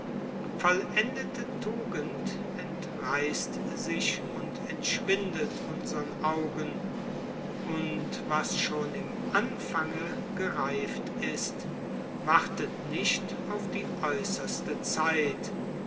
vollendete tugend entreißt sich und entschwindet unsern augen und was im anfange gereift ist wartet nicht auf die äußerste zeit